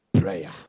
Prayer